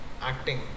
acting